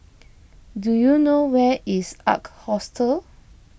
do you know where is Ark Hostel